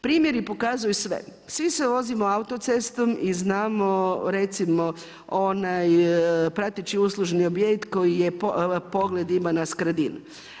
Primjeri pokazuju sve, svi se vozimo autocestom, i znamo recimo onaj prateći uslužno objekt koji pogled ima Skradin.